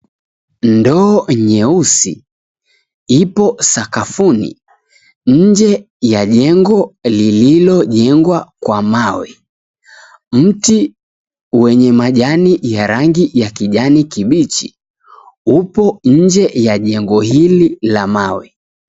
Ndoo nyeusi ipo sakafuni njee ya jengo lililojengwa kwa mawe. Mti wenye majani ya rangi ya kijani kibichi upo njee ya jengo hili la mawe.